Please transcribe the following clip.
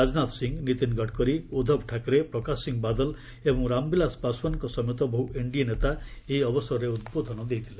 ରାଜନାଥ ସିଂହ ନୀତିନ ଗଡ଼କରୀ ଉଦ୍ଧବ ଠାକରେ ପ୍ରକାଶ ସିଂହ ବାଦଲ ଏବଂ ରାମବିଳାଶ ପାଶୱାନଙ୍କ ସମେତ ବହୁ ଏନ୍ଡିଏ ନେତା ଏହି ଅବସରରେ ଉଦ୍ବୋଧନ ଦେଇଥିଲେ